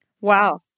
Wow